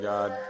God